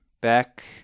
Back